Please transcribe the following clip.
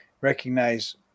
recognize